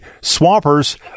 swampers